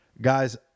guys